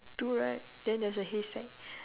two right then there's a haystack